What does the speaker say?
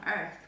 earth